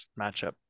matchup